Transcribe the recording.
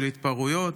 של התפרעויות.